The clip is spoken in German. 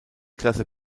klasse